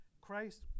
Christ